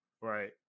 Right